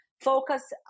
Focus